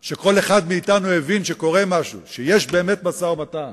לשמע הדברים שכאילו יש מי שמנסה להטיל את האשמה על משפחת שליט.